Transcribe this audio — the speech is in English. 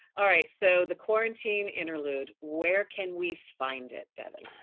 alright, so the quarantine interlude, where can we find it devin?